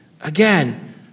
again